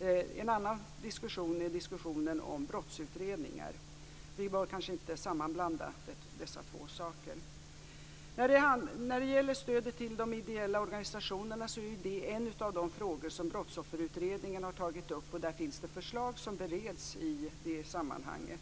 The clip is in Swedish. En annan diskussion gäller brottsutredningar. Vi bör kanske inte sammanblanda dessa två saker. Stödet till de ideella organisationerna är en av de frågor som Brottsofferutredningen har tagit upp. Det finns förslag som bereds i det sammanhanget.